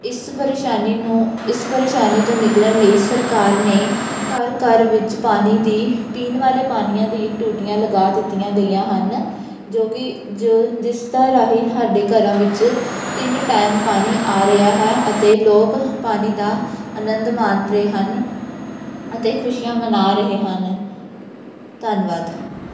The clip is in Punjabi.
ਇਸ ਪਰੇਸ਼ਾਨੀ ਨੂੰ ਇਸ ਪਰੇਸ਼ਾਨੀ ਤੋਂ ਨਿਕਲਣ ਲਈ ਸਰਕਾਰ ਨੇ ਘਰ ਘਰ ਵਿੱਚ ਪਾਣੀ ਦੀ ਪੀਣ ਵਾਲੇ ਪਾਣੀਆਂ ਦੀ ਟੂਟੀਆਂ ਲਗਾ ਦਿੱਤੀਆਂ ਗਈਆਂ ਹਨ ਜੋ ਕਿ ਜੋ ਜਿਸ ਤਾਂ ਰਾਹੀਂ ਸਾਡੇ ਘਰਾਂ ਵਿੱਚ ਤਿੰਨ ਟਾਈਮ ਪਾਣੀ ਆ ਰਿਹਾ ਹੈ ਅਤੇ ਲੋਕ ਪਾਣੀ ਦਾ ਆਨੰਦ ਮਾਣ ਰਹੇ ਹਨ ਅਤੇ ਖੁਸ਼ੀਆਂ ਮਨਾ ਰਹੇ ਹਨ ਧੰਨਵਾਦ